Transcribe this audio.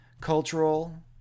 cultural